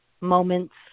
moments